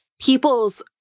people's